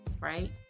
right